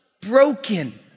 broken